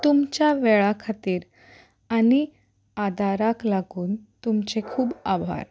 तुमच्या वेळा खातीर आनी आदाराक लागून तुमचे खूब आभार